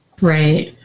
Right